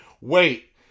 Wait